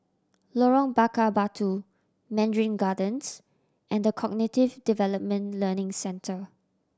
Lorong Bakar Batu Mandarin Gardens and The Cognitive Development Learning Centre